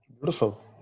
beautiful